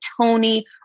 Tony